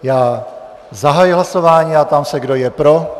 Já zahajuji hlasování a ptám se, kdo je pro.